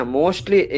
mostly